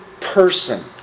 person